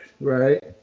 right